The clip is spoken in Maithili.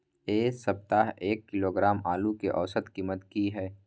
ऐ सप्ताह एक किलोग्राम आलू के औसत कीमत कि हय?